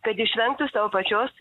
kad išvengtų sau pačios